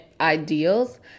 ideals